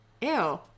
ew